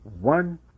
one